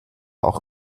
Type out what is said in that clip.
auch